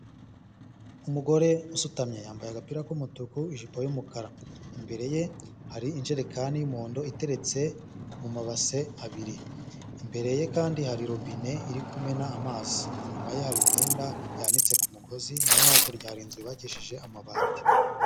Umugore usutamye yambaye agapira k'umutuku ijipo y'umukara, imbere ye hari injerekani y'umuhondo iteretse mu mabase abiri, imbere ye kandi hari robine iri kumena amazi, inyuma ye hari imyenda yanitse ku mugozi naho hakurya hari inzu yubakishije amabati.